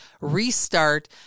restart